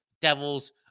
Devils